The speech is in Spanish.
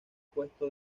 puesto